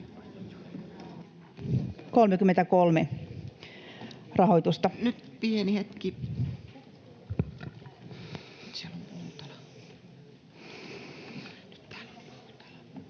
— Kiitos. Nyt pieni hetki.